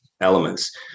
elements